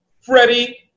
Freddie